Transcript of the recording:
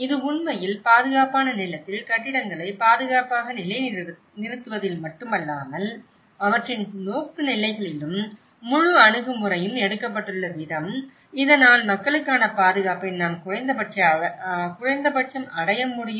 இது உண்மையில் பாதுகாப்பான நிலத்தில் கட்டிடங்களை பாதுகாப்பாக நிலைநிறுத்துவதில் மட்டுமல்லாமல் அவற்றின் நோக்குநிலைகளிலும் முழு அணுகுமுறையும் எடுக்கப்பட்டுள்ள விதம் இதனால் மக்களுக்கான பாதுகாப்பை நாம் குறைந்தபட்சம் அடைய முடியும்